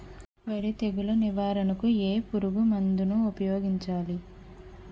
వరి తెగుల నివారణకు ఏ పురుగు మందు ను ఊపాయోగించలి?